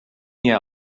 near